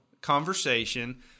conversation